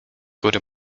góry